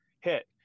hit